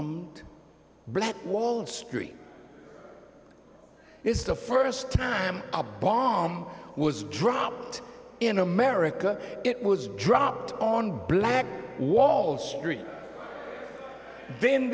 rap wall street is the first time a bomb was dropped in america it was dropped on black wall street then